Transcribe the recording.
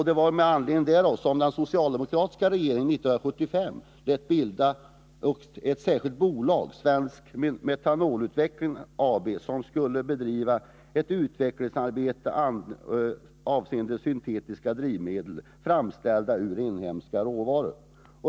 Det var med anledning därav som den socialdemokratiska regeringen 1975 lät bilda ett särskilt bolag, Svensk Metanolutveckling AB, som skulle bedriva ett utvecklingsarbete avseende syntetiska drivmedel, framställda ur inhemska råvaror.